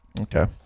Okay